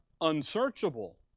unsearchable